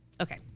Okay